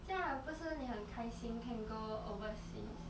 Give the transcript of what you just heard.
这样你不是你很开心 can go overseas